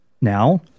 now